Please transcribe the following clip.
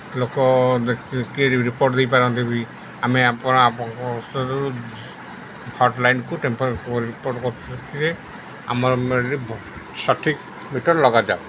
ଲୋକ କିଏ ରିପୋର୍ଟ୍ ଦେଇପାରନ୍ତି ବି ଆମେ ଆପଣ ଆପଣଙ୍କ ହଟ୍ ଲାଇନ୍କୁ ଟେମ୍ପର୍ ରିପୋର୍ଟ୍ ଆମର ସଠିକ୍ ମିଟର୍ ଲଗାଯାଉ